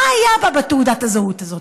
מה היה בה, בתעודת הזהות הזאת?